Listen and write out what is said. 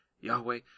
Yahweh